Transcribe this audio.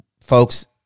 folks